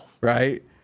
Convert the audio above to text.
Right